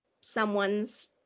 someone's